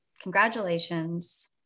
Congratulations